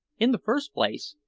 in the first place,